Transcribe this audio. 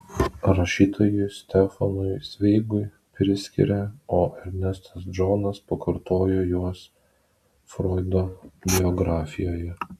rašytojui stefanui cveigui priskiria o ernestas džonas pakartojo juos froido biografijoje